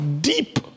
deep